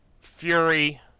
Fury